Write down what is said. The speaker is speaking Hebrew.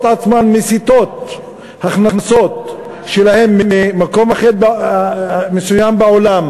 עצמן מסיטות הכנסות שלהן ממקום אחר מסוים בעולם